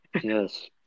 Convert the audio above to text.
Yes